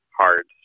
hard